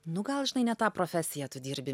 nu gal žinai ne tą profesiją tu dirbi